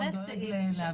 או דואג לאבטחה.